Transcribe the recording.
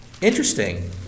Interesting